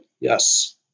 Yes